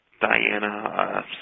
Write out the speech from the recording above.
Diana